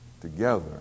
together